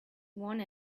one